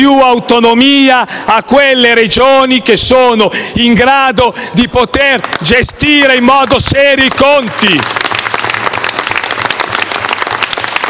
più autonomia a quelle Regioni che sono in grado di gestire in modo serio i conti.